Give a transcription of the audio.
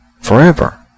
forever